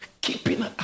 Keeping